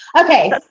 Okay